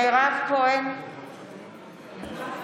אינה